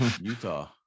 Utah